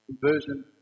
conversion